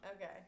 Okay